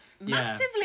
massively